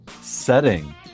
setting